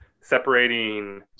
separating